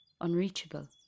Unreachable